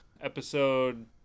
episode